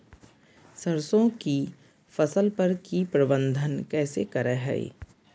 सरसों की फसल पर की प्रबंधन कैसे करें हैय?